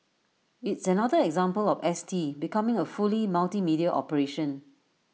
IT is another example of S T becoming A fully multimedia operation